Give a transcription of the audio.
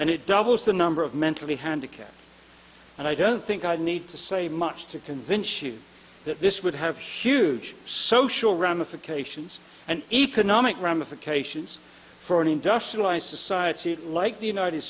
and it doubles the number of mentally handicapped and i don't think i need to say much to convince you that this would have huge social ramifications and economic ramifications for an industrialized society like the united